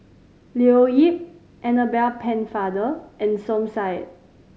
Leo Yip Annabel Pennefather and Som Said